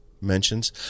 Mentions